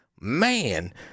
Man